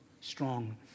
strong